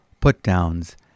put-downs